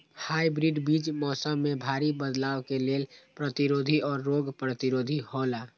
hybrid बीज मौसम में भारी बदलाव के लेल प्रतिरोधी और रोग प्रतिरोधी हौला